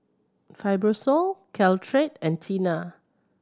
Fibrosol Caltrate and Tena